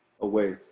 Away